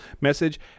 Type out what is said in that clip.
message